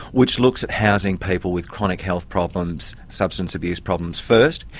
which looks at housing people with chronic health problems, substance abuse problems first.